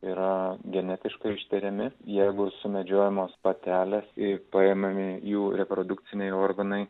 yra genetiškai ištiriami ievos sumedžiojamos patelės į paimami jų reprodukciniai organai